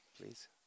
please